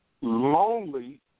Lonely